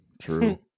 true